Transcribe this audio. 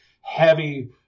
heavy